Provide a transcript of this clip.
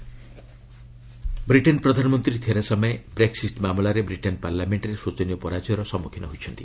UK Brexit Britain ପ୍ରଧାନମନ୍ତ୍ରୀ Theresa May' Brexit ମାମଲାରେ Britain ପାର୍ଲାମେଣ୍ଟ୍ରେ ଶୋଚନୀୟ ପରାଜୟର ସମ୍ମୁଖୀନ ହୋଇଛନ୍ତି